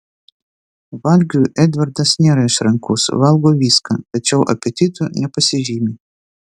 valgiui edvardas nėra išrankus valgo viską tačiau apetitu nepasižymi